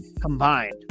combined